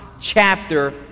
chapter